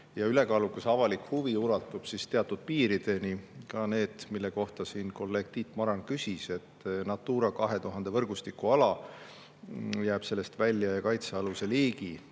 Ülekaalukas avalik huvi ulatub teatud piirideni. Ka see, mille kohta siin kolleeg Tiit Maran küsis: Natura 2000 võrgustiku ala jääb sellest välja, mõne kaitsealuse liigi